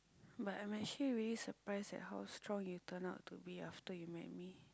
but I'm actually really surprised at how strong you turn out to be after you met me